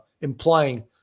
implying